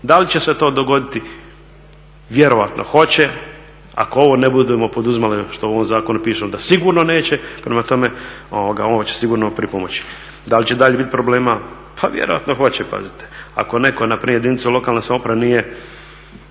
Da li će se to dogoditi? Vjerojatno hoće. Ako ovo ne budemo poduzimali što u ovom zakonu piše onda sigurno neće. Prema tome, ovo će sigurno pripomoći. Da li će dalje bit problema? Pa vjerojatno hoće. Pazite, ako netko na primjer jedinice lokalne samouprave nije